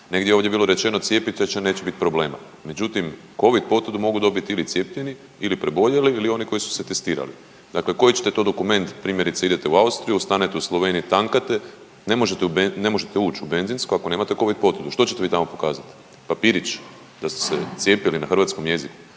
Negdje je ovdje bilo rečeno cijepite se jer neće bit problema. Međutim, covid potvrdu mogu dobit ili cijepljeni ili preboljeli ili oni koji su se testirali, dakle koji ćete to dokument, primjerice idete u Austriju, ostane u Sloveniji, tankate, ne možete uć u benzinsku ako nemate covid potvrdu, što ćete vi tamo pokazati, papirić da ste se cijepili na hrvatskom jeziku,